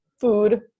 food